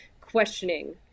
questioning